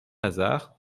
lazare